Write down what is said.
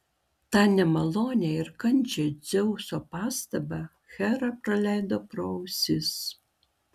tą nemalonią ir kandžią dzeuso pastabą hera praleido pro ausis